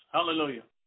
Hallelujah